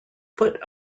foot